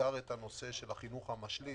בעיקר את הנושא של החינוך המשלים.